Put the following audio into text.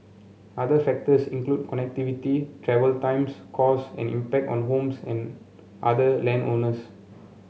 other factors include connectivity travel times costs and impact on homes and other land owners